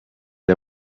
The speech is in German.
der